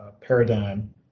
paradigm